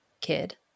kid